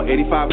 85